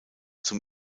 zum